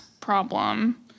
problem